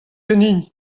ganin